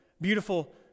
beautiful